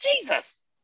Jesus